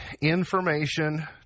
information